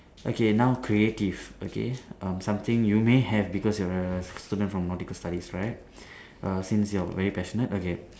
okay now creative okay um something you may have because you're a student from nautical studies right err since you're very passionate okay